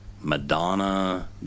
Madonna